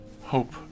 Hope